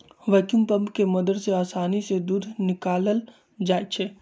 vacuum pump के मदद से आसानी से दूध निकाकलल जाइ छै